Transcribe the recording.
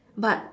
but